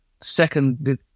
second